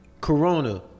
Corona